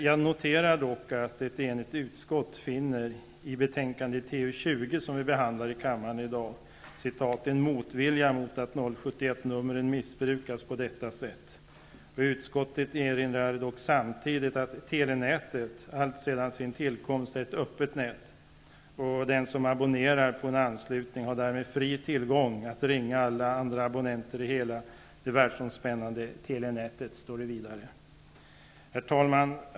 Jag noterar dock att ett enhälligt utskott i betänkande TU20, som behandlas här i dag, finner ''en motvilja mot att 071-numret missbrukas på detta sätt''. Utskottet erinrar dock samtidigt ''att telenätet alltsedan sin tillkomst är ett öppet nät''. Vidare: ''Den som abonnerar på en anslutning har därmed fri tillgång att ringa alla andra abonnenter i hela det världsomspännande telenätet.'' Herr talman!